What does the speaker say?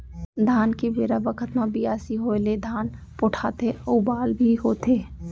धान के बेरा बखत म बियासी होय ले धान पोठाथे अउ बाल भी होथे